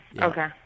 okay